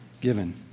given